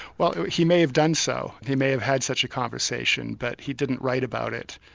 well he may have done so, he may have had such a conversation, but he didn't write about it.